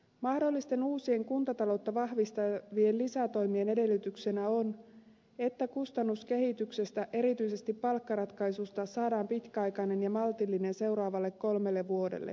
mahdollisten uusien kuntataloutta vahvistavien lisätoimien edellytyksenä on että kustannuskehityksestä erityisesti palkkaratkaisusta saadaan pitkäaikainen ja maltillinen seuraaville kolmelle vuodelle